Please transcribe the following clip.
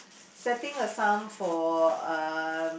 setting a sum for uh